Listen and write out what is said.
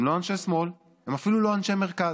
הם לא אנשי שמאל, הם אפילו לא אנשי מרכז.